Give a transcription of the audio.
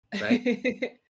right